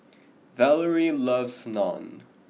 Valarie loves Naan